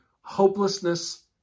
hopelessness